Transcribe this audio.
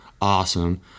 awesome